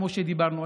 כמו שדיברנו.